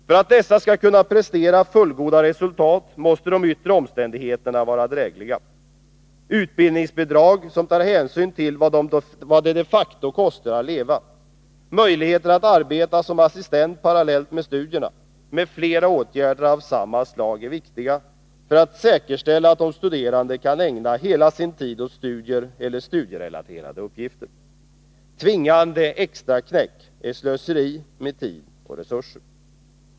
För att dessa skall kunna prestera fullgoda resultat måste de yttre omständigheterna vara drägliga. Sådana utbildningsbidrag som tar hänsyn till vad det de facto kostar att leva, möjligheter att arbeta som assistent parallellt med studierna och andra insatser av samma slag är viktiga för att säkerställa att de studerande kan ägna hela sin tid åt studier eller studierelaterade uppgifter. Tvingande ”extraknäck” är slöseri med tid och resurser.